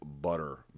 butter